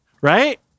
Right